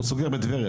הוא סוגר בטבריה,